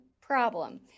problem